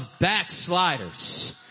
backsliders